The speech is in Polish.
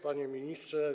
Panie Ministrze!